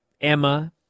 Emma